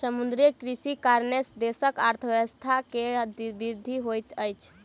समुद्रीय कृषिक कारणेँ देशक अर्थव्यवस्था के वृद्धि होइत अछि